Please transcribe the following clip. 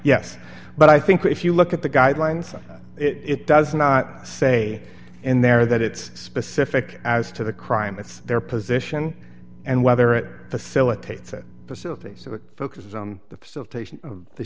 yes but i think if you look at the guidelines it does not say in there that it's specific as to the crime it's their position and whether it facilitates